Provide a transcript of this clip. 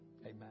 Amen